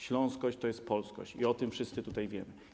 Śląskość to jest polskość i o tym wszyscy tutaj wiemy.